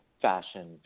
fashion